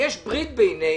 יש ברית בינינו,